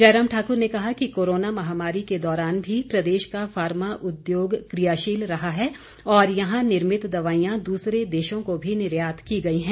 जयराम ठाकुर ने कहा कि कोरोना महामारी के दौरान भी प्रदेश का फार्मा उद्योग कियाशील रहा है और यहां निर्मित दवाईयां दूसरे देशों को भी निर्यात की गई हैं